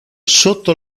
sotto